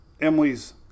Emily's